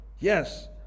Yes